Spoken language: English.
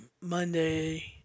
Monday